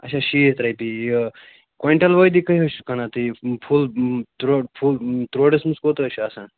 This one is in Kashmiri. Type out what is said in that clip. اَچھا شیٖتھ رۄپیہِ یہِ کۄینٛٹَل وٲدی کٔہۍ حظ چھُ کٕنان تُہۍ فُل ترٛوڈ فُل ترٛوڈَس منٛز کوٗتاہ حظ چھُ آسان